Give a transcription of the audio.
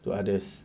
to others